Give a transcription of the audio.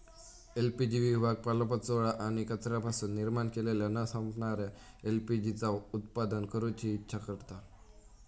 LPG विभाग पालोपाचोळो आणि कचऱ्यापासून निर्माण केलेल्या न संपणाऱ्या एल.पी.जी चा उत्पादन करूची इच्छा करता